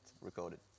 recorded